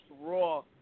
Raw